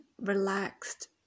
relaxed